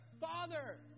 Father